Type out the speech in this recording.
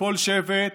לכל שבט,